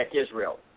Israel